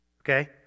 okay